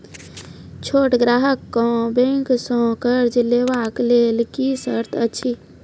छोट ग्राहक कअ बैंक सऽ कर्ज लेवाक लेल की सर्त अछि?